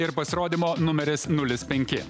ir pasirodymo numeris nulis penki